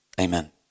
amen